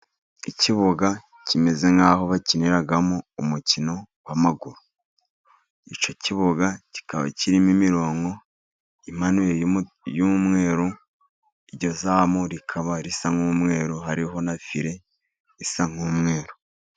Ikibuga kimeze nk'aho bakiniramo umukino w'amaguru . Icyo kibuga kikaba kirimo imirongo imanuye y'umweru, iryo zamu rikaba risa n'umweru, hariho na file isa nk'umweru.